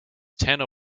tanner